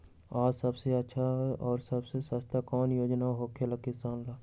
आ सबसे अच्छा और सबसे सस्ता कौन योजना होखेला किसान ला?